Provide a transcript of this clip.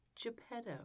Geppetto